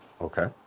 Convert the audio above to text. Okay